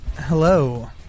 Hello